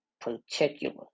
particular